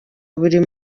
buri